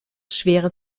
schwere